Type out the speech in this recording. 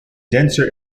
denser